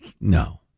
No